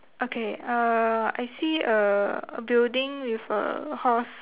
okay uh I see a building with a horse